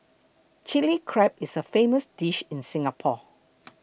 Chilli Crab is a famous dish in Singapore